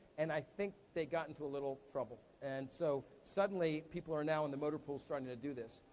and i think they got into a little trouble. and so, suddenly, people are now in the motor pools trying to do this,